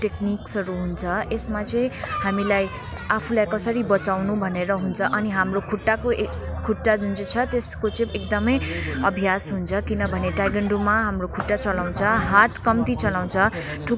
टेक्निक्सहरू हुन्छ यसमा चाहिँ हामीलाई आफूलाई कसरी बचाउनु भनेर हुन्छ अनि हाम्रो खुट्टाको ए खुट्टा जुन चाहिँ छ त्यसको चाहिँ एकदमै अभ्यास हुन्छ किनभने ताइक्वान्डोमा हाम्रो खुट्टा चलाउँछ हात कम्ती चलाउँछ